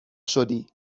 شدی